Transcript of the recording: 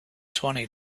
twenty